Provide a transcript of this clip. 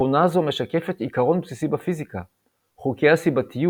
תכונה זו משקפת עיקרון בסיסי בפיזיקה – חוקי הסיבתיות,